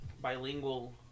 bilingual